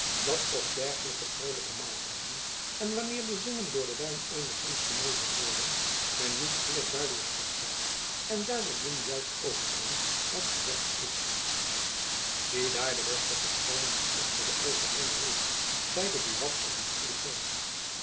dat op dergelijke vrolijke maaltijden en wanneer de zinnen door den wijn eenigzins beneveld worden men niet zeer duidelijk verstaat en daardoor min juist overbrengt wat gezegd is ziedaar de beste verschooning die ik voor den overbrenger weet zeide buat op een koelen toon